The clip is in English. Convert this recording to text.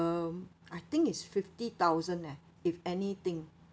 um I think is fifty thousand eh if anything